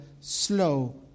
slow